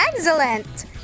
Excellent